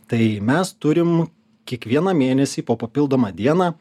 tai mes turim kiekvieną mėnesį po papildomą dieną